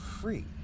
free